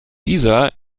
dieser